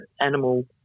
animal